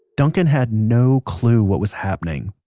duncan had no clue what was happening.